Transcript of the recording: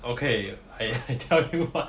okay I tell you what